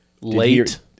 late